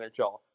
NHL